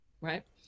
right